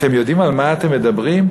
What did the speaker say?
אתם יודעים על מה אתם מדברים?